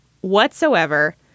whatsoever